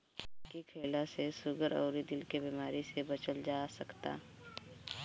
एके खईला से सुगर अउरी दिल के बेमारी से बचल जा सकता